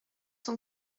son